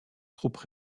troupes